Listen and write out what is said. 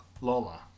lola